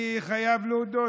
אני חייב להודות,